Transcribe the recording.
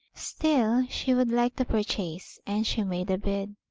still she would like to purchase, and she made a bid.